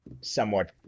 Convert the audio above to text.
somewhat